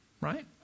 right